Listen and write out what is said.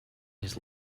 his